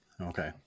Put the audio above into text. Okay